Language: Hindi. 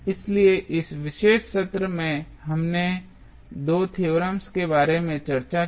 इसलिए इस विशेष सत्र में हमने २ थेओरेम्स के बारे में चर्चा की